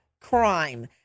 crime